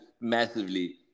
massively